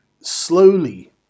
slowly